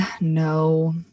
no